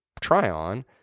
try-on